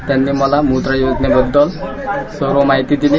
त्यांनी मला मुद्रा योजनेबद्दल सर्व माहिती दिली